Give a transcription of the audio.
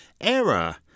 error